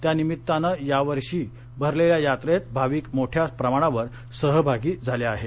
त्यानिमित्तानं यावर्षीही भरलेल्या यात्रेत भाविक मोठ्या प्रमाणावर सहभागी झाले होते